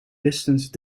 distance